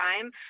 time